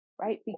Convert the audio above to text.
right